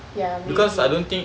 ya maybe